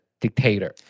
dictator